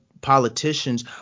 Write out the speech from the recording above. politicians